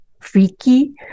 Freaky